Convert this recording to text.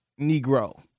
Negro